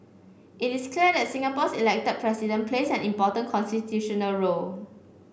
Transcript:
it is clear that Singapore's elected President plays an important constitutional role